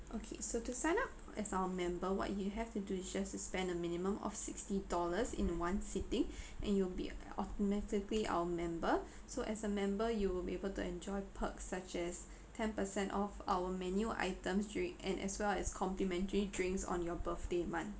okay so to sign up as our member what you have to do is just to spend a minimum of sixty dollars in one sitting and you'll be automatically our member so as a member you will be able to enjoy perks such as ten percent off our menu items dri~ and as well as complimentary drinks on your birthday month